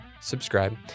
subscribe